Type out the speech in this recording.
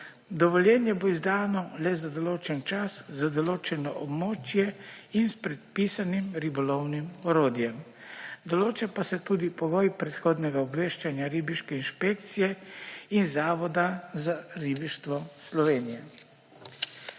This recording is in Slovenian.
Dovoljenje bo izdano le za določen čas za določeno območje in s predpisanim ribolovnim orodjem, določa pa se tudi pogoj predhodnega obveščanja ribiške inšpekcije in Zavoda za ribištvo Slovenije.